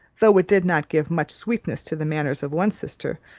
though it did not give much sweetness to the manners of one sister,